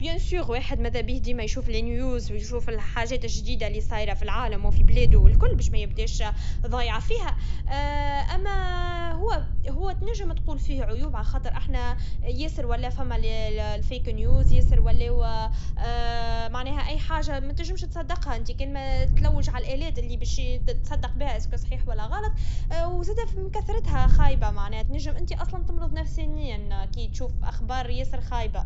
متابعة الأخبار مهمة باش نكونوا على علم بكلّ ما يجري حولنا. نعرفة الأحداث السياسية والاجتماعية والاقتصادية. لكن من جهة أخرى، الأخبار ممكن تسبّب لنا قلق أو ضغط نفسي إذا كانت مليانة أخبار سلبية. ينجّم الواحد يحسّ بالتوتر ويخاف على المستقبل، خاصة في هذه الأوقات الصعبة.